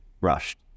rushed